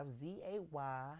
z-a-y